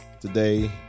Today